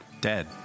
dead